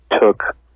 took